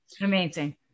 Amazing